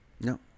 No